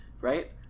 right